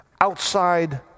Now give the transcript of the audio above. outside